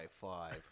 five